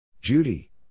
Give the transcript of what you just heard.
Judy